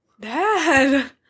Dad